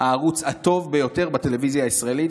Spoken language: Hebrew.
הוא הערוץ הטוב ביותר בטלוויזיה הישראלית,